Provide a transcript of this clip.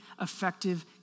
effective